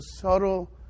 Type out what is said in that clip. subtle